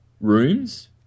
rooms